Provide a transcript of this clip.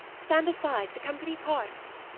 stand aside the company parts.